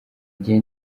gihe